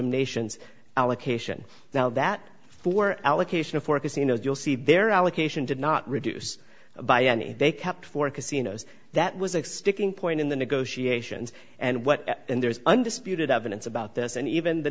odum nations allocation now that for allocation of four casinos you'll see their allocation did not reduce by any they kept for casinos that was sixty point in the negotiations and what and there is undisputed evidence about this and even the